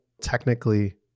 technically